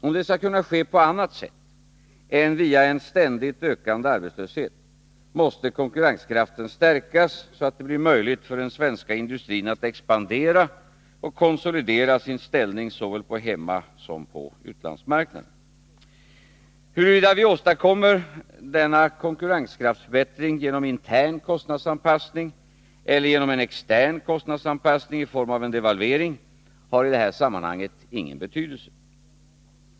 Om det skall ringen kunna ske på annat sätt än via en ständigt ökande arbetslöshet, måste konkurrenskraften stärkas så att det blir möjligt för den svenska industrin att expandera och konsolidera sin ställning såväl på hemmasom på utlandsmarknaderna. Huruvida vi åstadkommer denna konkurrenskraftsförbättring genom intern kostnadsanpassning eller genom en extern kostnadsanpassning i form av en devalvering har i detta sammanhang ingen betydelse.